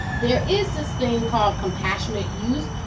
there is this thing called compassionate use,